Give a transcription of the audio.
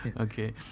Okay